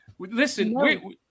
Listen